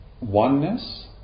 oneness